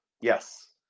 Yes